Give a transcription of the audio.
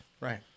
Right